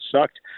sucked